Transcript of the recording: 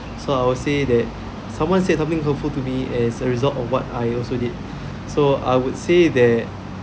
so I would say that someone said something hurtful to me as a result of what I also did so I would say that